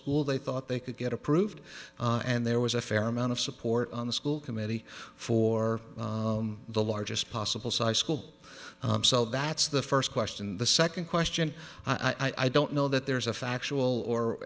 school they thought they could get approved and there was a fair amount of support on the school committee for the largest possible size school cell that's the first question and the second question i don't know that there's a factual or